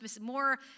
more